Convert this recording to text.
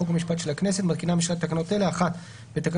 חוק ומשפט של הכנסת מתקינה הממשלה תקנות אלה: 1.תיקון